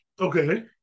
Okay